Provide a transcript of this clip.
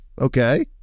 Okay